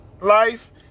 life